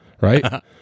right